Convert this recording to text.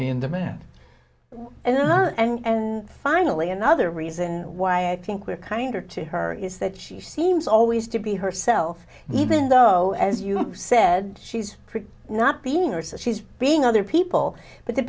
be in demand and they're not and finally another reason why i think we're kinder to her is that she seems always to be herself even though as you said she's pretty not being or so she's being other people but the